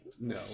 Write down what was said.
No